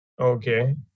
Okay